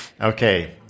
Okay